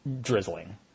drizzling